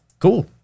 Cool